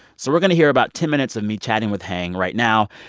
so we're going to hear about ten minutes of me chatting with heng right now,